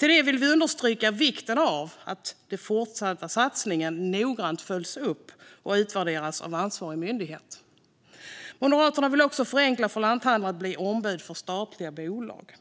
Vi understryker vikten av att den fortsatta satsningen noggrant följs upp och utvärderas av ansvarig myndighet. Moderaterna vill också förenkla för lanthandlare att bli ombud för statliga bolag.